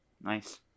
nice